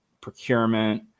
procurement